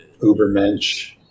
Ubermensch